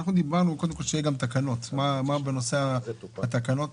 מה בנושא התקנות